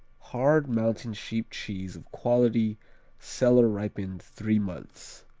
hard, mountain-sheep cheese of quality cellar-ripened three months.